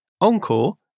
encore